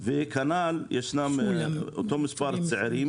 כנ"ל ישנם אותו מספר צעירים,